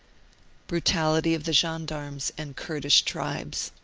brutality of the gendarmes and kurdish tribes.